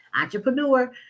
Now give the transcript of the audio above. entrepreneur